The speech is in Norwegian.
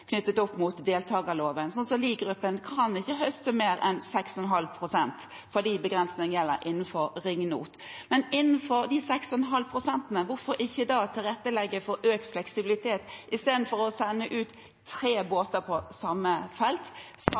knyttet opp mot deltakerloven. Liegruppen kan ikke høste mer enn 6,5 pst. fordi det gjelder en begrensing for ringnot. Hvorfor ikke legge til rette for økt fleksibilitet innenfor de 6,5 pst., slik at man i stedet for å sende ut tre båter på samme felt